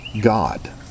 God